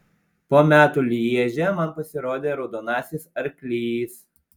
po metų lježe man pasirodė raudonasis arklys